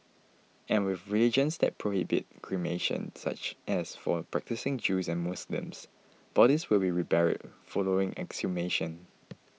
and with religions that prohibit cremation such as for practising Jews and Muslims bodies will be reburied following exhumation